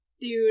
Dude